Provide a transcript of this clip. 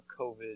COVID